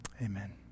Amen